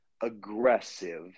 aggressive